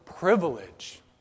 privilege